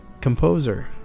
composer